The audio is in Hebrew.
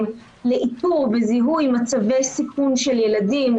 לאיתור וזיהוי מצבי סיכון של ילדים,